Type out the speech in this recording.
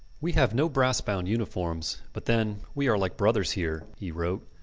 we have no brass-bound uniforms, but then we are like brothers here, he wrote.